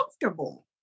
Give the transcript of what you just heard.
comfortable